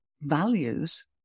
values